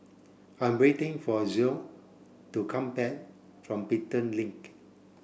I'm waiting for Zoe to come back from Pelton Link